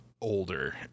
Older